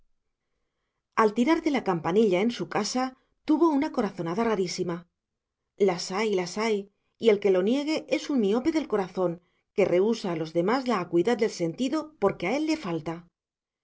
al tirar de la campanilla en su casa tuvo una corazonada rarísima las hay las hay y el que lo niegue es un miope del corazón que rehúsa a los demás la acuidad del sentido porque a él le falta